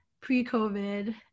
pre-COVID